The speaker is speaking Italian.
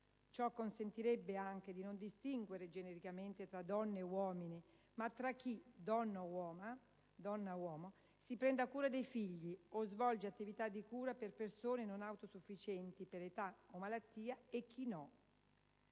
Ciò consentirebbe anche di non distinguere genericamente tra donne e uomini, ma tra chi - donna o uomo - si prende cura dei figli o svolge attività di cura per persone non autosufficienti per età o malattia e chi no.